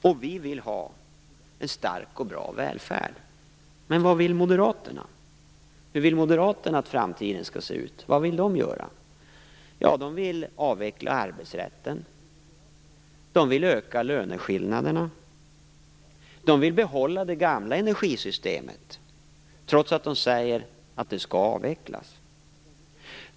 Och vi vill ha en stark och bra välfärd. Men vad vill moderaterna? Hur vill moderaterna att framtiden skall se ut? Vad vill de göra? De vill avveckla arbetsrätten. De vill öka löneskillnaderna. De vill behålla det gamla energisystemet, trots att de säger att det skall avvecklas.